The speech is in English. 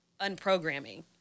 unprogramming